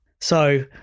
So-